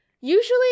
usually